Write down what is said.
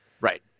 Right